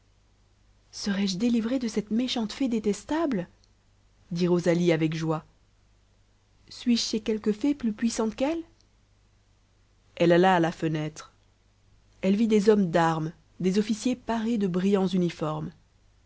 serais-je délivrée de cette méchante fée détestable dit rosalie avec joie suis-je chez quelque fée plus puissante qu'elle illustration a ce moment rosalie semble rêver elle alla à la fenêtre elle vit des hommes d'armes des officiers parés de brillants uniformes